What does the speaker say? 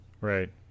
Right